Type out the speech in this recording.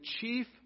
chief